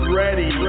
ready